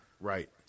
Right